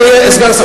אדוני סגן השר,